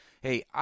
Hey